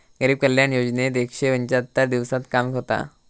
गरीब कल्याण योजनेत एकशे पंच्याहत्तर दिवसांत काम होता